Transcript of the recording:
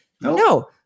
No